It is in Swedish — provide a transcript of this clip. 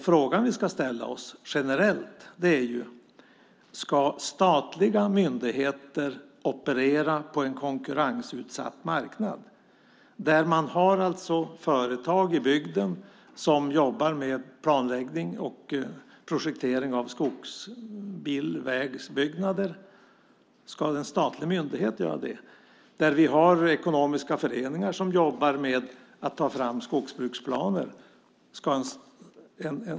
Frågan vi ska ställa oss generellt är om statliga myndigheter ska operera på en konkurrensutsatt marknad när det finns företag i bygden som jobbar med planläggning och projektering med skogsbilvägsbyggnader. Ska i första hand en statlig myndighet göra det när vi har ekonomiska föreningar som jobbar med att ta fram skogsbruksplaner?